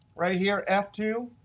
right here f two,